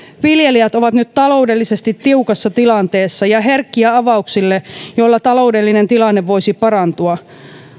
viljelijät ovat nyt taloudellisesti tiukassa tilanteessa ja herkkiä avauksille joilla taloudellinen tilanne voisi parantua